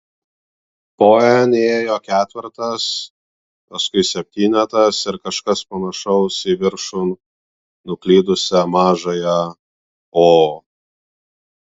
po n ėjo ketvertas paskui septynetas ir kažkas panašaus į viršun nuklydusią mažąją o